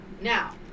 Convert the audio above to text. Now